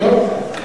טוב.